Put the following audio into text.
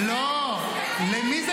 לא, למי זה